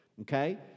okay